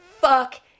fuck